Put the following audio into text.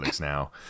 now